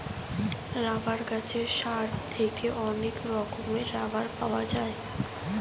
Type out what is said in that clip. rubber গাছের sap থেকে অনেক রকমের রাবার পাওয়া যায়